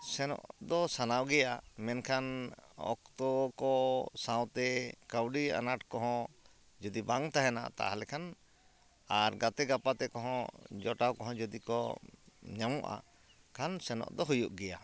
ᱥᱮᱱᱚᱜ ᱫᱚ ᱥᱟᱱᱟᱣ ᱜᱮᱭᱟ ᱢᱮᱱᱠᱷᱟᱱ ᱚᱠᱛᱚ ᱠᱚ ᱥᱟᱶᱛᱮ ᱠᱟᱹᱣᱰᱤ ᱟᱱᱟᱴ ᱠᱚᱦᱚᱸ ᱡᱩᱫᱤ ᱵᱟᱝ ᱛᱟᱦᱮᱱᱟ ᱛᱟᱦᱚᱞᱮ ᱠᱷᱟᱱ ᱟᱨ ᱜᱟᱛᱮ ᱜᱟᱯᱟᱛᱮ ᱠᱚᱦᱚᱸ ᱡᱚᱴᱟᱣ ᱠᱚᱦᱚᱸ ᱡᱩᱫᱤ ᱠᱚ ᱧᱟᱢᱚᱜᱼᱟ ᱠᱷᱟᱱ ᱥᱮᱱᱚᱜ ᱫᱚ ᱦᱩᱭᱩᱜ ᱜᱮᱭᱟ